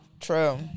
True